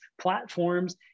platforms